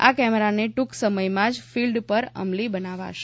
આ કેમેરાને ટૂંક સમયમાં જ ફિલ્ડ પર અમલી બનાવાશે